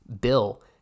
Bill